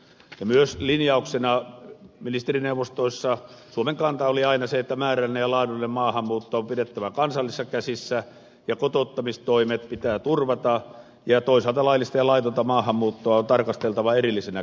ja myös linjauksena ministerineuvostoissa suomen kanta oli aina se että määrällinen ja laadullinen maahanmuutto on pidettävä kansallisissa käsissä ja kotouttamistoimet pitää turvata ja toisaalta laillista ja laitonta maahanmuuttoa on tarkasteltava erillisenä kysymyksenä